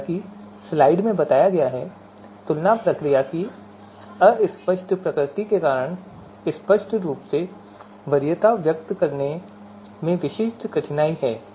जैसा कि स्लाइड में बताया गया है तुलना प्रक्रिया की अस्पष्ट प्रकृति के कारण स्पष्ट रूप से वरीयता व्यक्त करने में विशिष्ट कठिनाई होती है